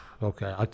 Okay